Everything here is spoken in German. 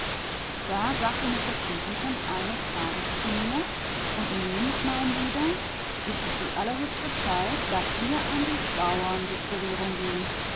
da sagte mister stefenson eines tages zu mir und nun mein lieber ist es die allerhöchste zeit daß wir an die bauernrequirierung gehen